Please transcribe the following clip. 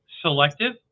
selective